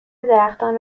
درختان